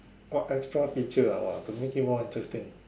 what extra feature ah !wah! to make it more interesting